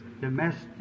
domestic